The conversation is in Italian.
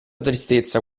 tristezza